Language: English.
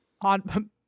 on